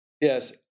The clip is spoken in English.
Yes